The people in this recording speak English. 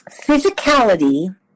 physicality